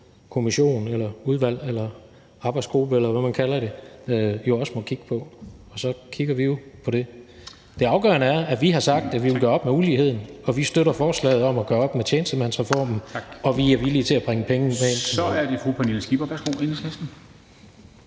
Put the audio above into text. lønstrukturkommission eller -udvalg eller -arbejdsgruppe, eller hvad man kalder det, jo også må kigge på, og så kigger vi jo på det. Det afgørende er, at vi har sagt, at vi vil gøre op med uligheden, og at vi støtter forslaget om at gøre op med tjenestemandsreformen, og at vi er villige til at bringe pengene med ind til bordet. Kl. 19:48 Formanden